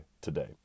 today